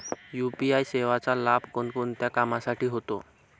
UPI सेवेचा लाभ कोणकोणत्या कामासाठी होतो?